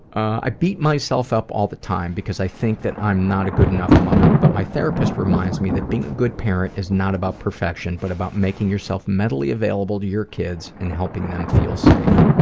i beat myself up all the time because i think that i'm not a good enough mother. but my therapist reminds me that being a good parent is not about perfection but about making yourself mentally available to your kids and helping them feel safe.